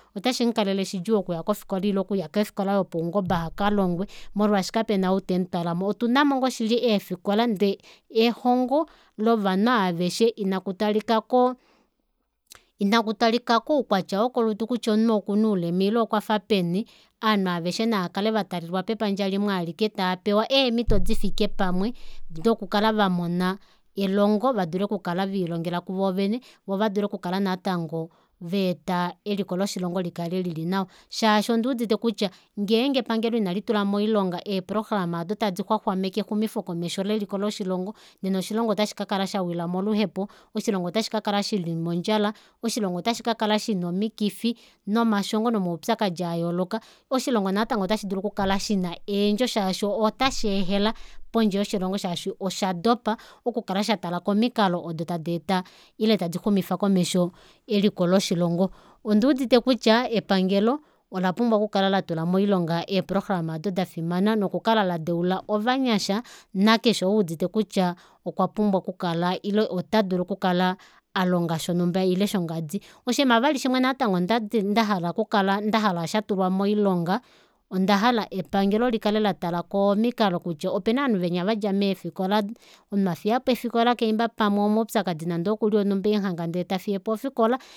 Otashiikalele shidjuu okuya kofikola ile okuya kofikola yopaungoba akalongwe molwaashi kapena ou temutwalamo otunamo ngoo shili eefikola ndee ehongo lovanhu aaveshe ina kutalika ko ina kutalika kuukwatya wokolutu kutya omunhu okuna oulema ile okwafa peni ovanhu aveshe naakale vatalelwa pepandja limwe aalike taapewa eemito difike pawe doku kala vamona elongo opo vadule okukala veli longela kuvoovene voo vadule voo vadule okukala natango vaeta eliko loshilongo likale lili nawa shaashi onduudite kutya ngeenge epangelo ina litula moilonga eeprograma aado tadi xwaxwameke exumifo komesho leliko loshilongo nena oshilongo ota shikakala shawila moluhepo oshilongo ota shikakala shawila mondjala oshilongo ota shikakala shina omikifi nomashongo nomaupyakadi ayooloka oshilongo natango ota shidulu okukala shina eendjo shaashi otasheehela pondje yoshilongo shaashi oshadopa oku kala shatala komikalo odo tadeeta ile tadi xumifa komesho eliko loshilongo onduudite kutya epangelo ola pumbwa oku kala latula moilonga eeprogram ado dafimana noku kala ladeula ovanyasha nakeshe oo eudite kutya okwa pumbwa okukala ile ota dulu okukala alonga shonumba ile shongadi. Oshinima vali shimwe ndadi ndahala okukala ndahala shatulwa moilonga onda hala epangelo likale latala komikalo kutya opena ovanhu venya vadja meefikola omunhu afiyapo ofikola kaimba pamwe omaupyakadi nande okuli onumba emuhanga ndee tafiyepo ofikola